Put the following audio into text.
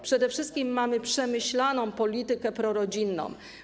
Przede wszystkim mamy przemyślaną politykę prorodzinną.